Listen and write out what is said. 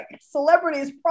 celebrities